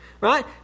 Right